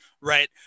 Right